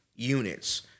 Units